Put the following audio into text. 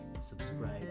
subscribe